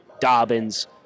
Dobbins